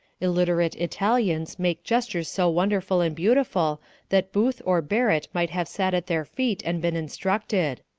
illiterate italians make gestures so wonderful and beautiful that booth or barrett might have sat at their feet and been instructed.